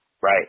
Right